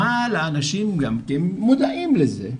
אבל האנשים גם כן מודעים לזה,